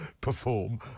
perform